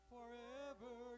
Forever